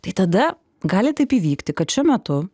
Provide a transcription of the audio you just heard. tai tada gali taip įvykti kad šiuo metu